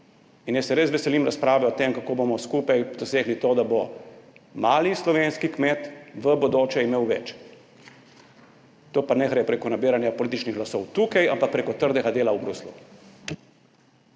In jaz se res veselim razprave o tem, kako bomo skupaj dosegli to, da bo mali slovenski kmet v bodoče imel več. To pa ne gre preko nabiranja političnih glasov tukaj, ampak preko trdega dela v Bruslju.